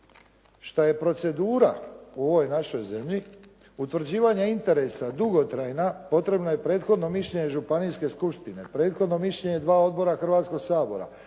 što je procedura u ovoj našoj zemlji utvrđivanja interesa dugotrajna, potrebno je prethodno mišljenje županijske skupštine, prethodno mišljenje dva odbora Hrvatskog sabora,